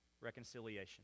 reconciliation